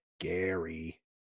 Gary